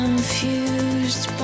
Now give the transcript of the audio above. Confused